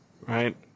right